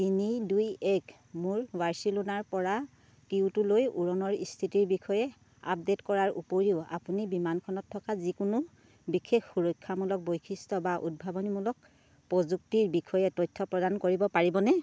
তিনি দুই এক মোক বাৰ্চিলোনাৰপৰা কিয়োটোলৈ উৰণৰ স্থিতিৰ বিষয়ে আপডে'ট কৰাৰ উপৰিও আপুনি বিমানখনত থকা যিকোনো বিশেষ সুৰক্ষামূলক বৈশিষ্ট্য বা উদ্ভাৱনীমূলক প্ৰযুক্তিৰ বিষয়ে তথ্য প্ৰদান কৰিব পাৰিবনে